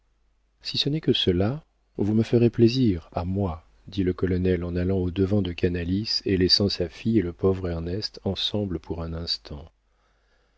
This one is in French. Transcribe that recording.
si ce n'est que cela vous me ferez plaisir à moi dit le colonel en allant au-devant de canalis et laissant sa fille et le pauvre ernest ensemble pour un instant